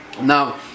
Now